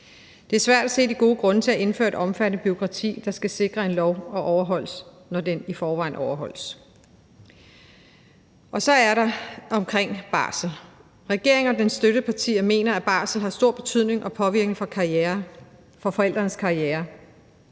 Det er svært at se de gode grunde til at indføre et omfattende bureaukrati, der skal sikre lovens overholdelse, når den i forvejen overholdes. Så er der det omkring barsel. Regeringen og dens støttepartier mener, at barsel har stor betydning og påvirker forældres karriere